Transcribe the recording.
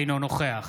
אינו נוכח